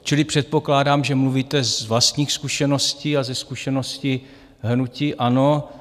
Čili předpokládám, že mluvíte z vlastních zkušeností a ze zkušeností hnutí ANO.